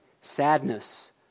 sadness